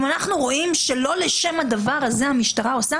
אם אנחנו רואים שלא לשם הדבר הזה המשטרה עושה